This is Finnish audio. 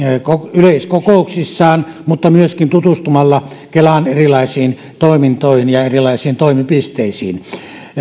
yleiskokouksissaan mutta myöskin tutustumalla kelan erilaisiin toimintoihin ja erilaisiin toimipisteisiin